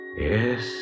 Yes